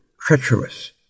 treacherous